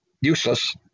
Useless